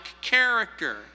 character